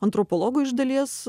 antropologų iš dalies